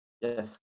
yes